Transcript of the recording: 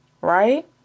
right